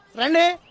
and